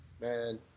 Man